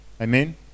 Amen